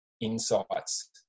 insights